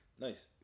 Nice